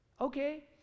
okay